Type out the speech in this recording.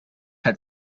had